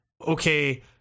okay